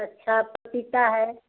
अच्छा पपीता है